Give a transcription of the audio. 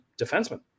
defenseman